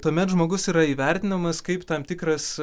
tuomet žmogus yra įvertinamas kaip tam tikras